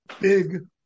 big